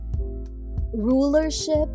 rulership